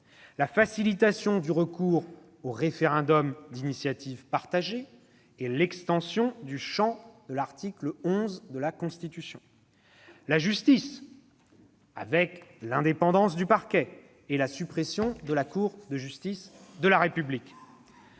la facilitation du recours au référendum d'initiative partagée et l'extension du champ de l'article 11 ; la justice, avec l'indépendance du parquet et la suppression de la Cour de justice de la République.